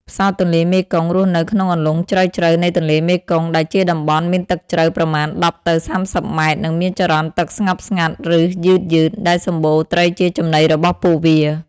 ផ្សោតទន្លេមេគង្គរស់នៅក្នុងអន្លង់ជ្រៅៗនៃទន្លេមេគង្គ ដែលជាតំបន់មានទឹកជ្រៅ ប្រមាណ ១០ ទៅ ៣០ ម៉ែត្រ និងមានចរន្តទឹកស្ងប់ស្ងាត់ ឬយឺតៗ ដែលសម្បូរត្រីជាចំណីរបស់ពួកវា។